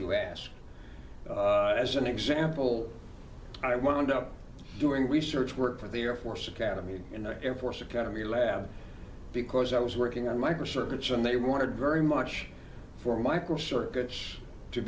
you ask as an example i wound up doing research work for the air force academy in the air force academy lab because i was working on microcircuits and they wanted very much for microcircuits to